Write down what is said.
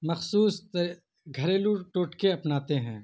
مخصوص گھریلو ٹوٹکے اپناتے ہیں